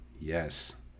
Yes